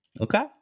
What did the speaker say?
Okay